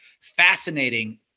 fascinating